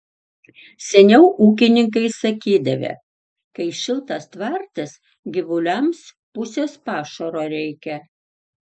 seniau ūkininkai sakydavę kai šiltas tvartas gyvuliams pusės pašaro reikia